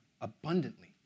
abundantly